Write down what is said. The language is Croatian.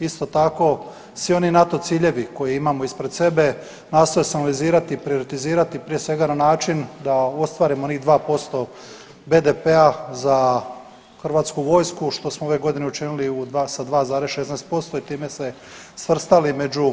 Isto tako svi oni NATO ciljevi koje imamo ispred sebe, nastojao sam analizirati i prioritizirati prije svega na način da ostvarimo onih 2% BDP-a za hrvatsku vojsku što smo ove godine učinili u 2 sa 2,16% i time se svrstali među